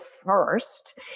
first